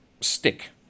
stick